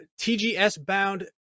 TGS-bound